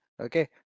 Okay